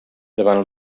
davant